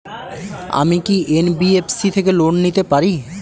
আমি কি এন.বি.এফ.সি থেকে লোন নিতে পারি?